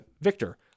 Victor